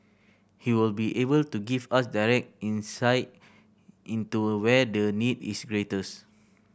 he will be able to give us direct insight into where the need is greatest